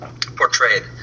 portrayed